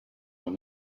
when